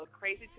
Crazy